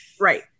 Right